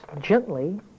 gently